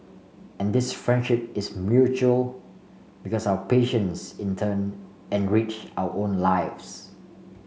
and this friendship is mutual because our patients in turn enrich our own lives